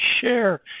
share